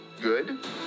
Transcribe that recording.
good